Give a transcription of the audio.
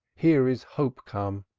here is hope come,